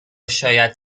شاید